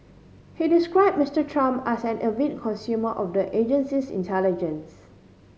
he describe Mister Trump as an avid consumer of the agency's intelligence